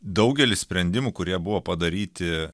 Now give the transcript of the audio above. daugelis sprendimų kurie buvo padaryti